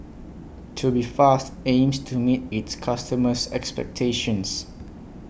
Tubifast aims to meet its customers' expectations